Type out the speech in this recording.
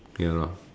you know